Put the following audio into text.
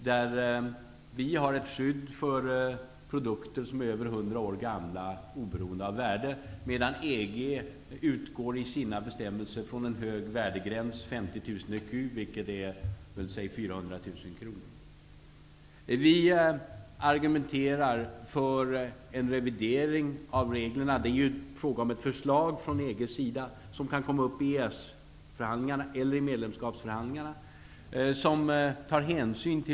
Vi har i det sammanhanget ett skydd för produkter som är över 100 år gamla, oberoende av deras värde, medan EG i sina bestämmelser utgår från en hög värdegräns, 50 000 ecu, vilket är ca Vi argumenterar för en revidering av reglerna, så att hänsyn tas till våra svenska bestämmelser. Det är ju fråga om ett förslag från EG:s sida, som kan komma upp i EES-förhandlingarna eller i medlemskapsförhandlingarna.